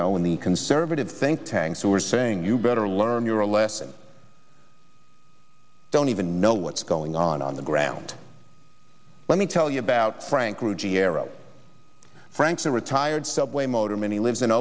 know in the conservative think tanks who are saying you better learn your lesson don't even know what's going on on the ground let me tell you about frank ruggero frank's a retired subway motor many lives in